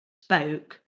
spoke